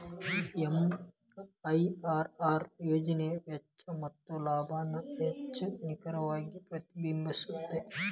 MIRR ಯೋಜನೆಯ ವೆಚ್ಚ ಮತ್ತ ಲಾಭಾನ ಹೆಚ್ಚ್ ನಿಖರವಾಗಿ ಪ್ರತಿಬಿಂಬಸ್ತ